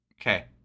Okay